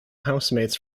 housemates